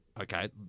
okay